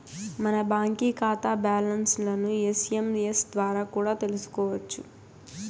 మన బాంకీ కాతా బ్యాలన్స్లను ఎస్.ఎమ్.ఎస్ ద్వారా కూడా తెల్సుకోవచ్చు